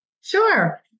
Sure